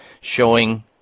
showing